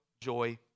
joy